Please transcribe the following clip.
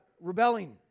rebelling